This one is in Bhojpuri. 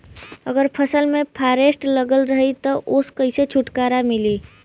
अगर फसल में फारेस्ट लगल रही त ओस कइसे छूटकारा मिली?